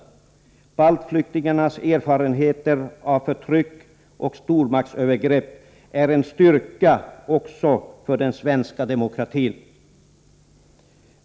Baltflyktingarnas erfarenheter av förtryck och stormaktsövergrepp är en styrka också för den svenska demokratin.